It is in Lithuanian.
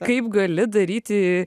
kaip gali daryti